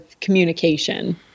communication